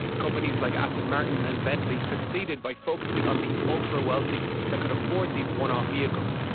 companies like aston martin and bentley succeeded by focusing on the ultra wealthy that could afford these one off vehicles,